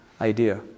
idea